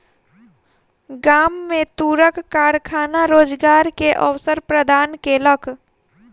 गाम में तूरक कारखाना रोजगार के अवसर प्रदान केलक